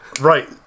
Right